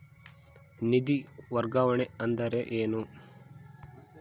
ನಿಧಿ ವರ್ಗಾವಣೆ ಅಂದರೆ ಏನು?